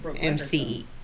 MC